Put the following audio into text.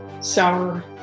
sour